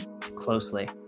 closely